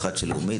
אחת של לאומית,